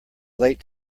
late